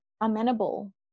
amenable